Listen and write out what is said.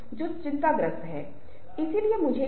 इसलिए टेलीफोन एक ऐसी चीज है जो पहले से ही उजागर है